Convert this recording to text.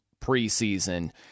preseason